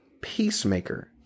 Peacemaker